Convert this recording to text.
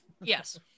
Yes